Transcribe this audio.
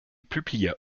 publia